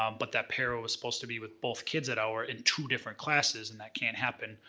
um but that para was supposed to be with both kids at our, in two different classes and that can't happen.